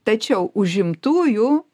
tačiau užimtųjų